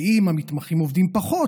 כי אם המתמחים עובדים פחות,